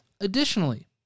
Additionally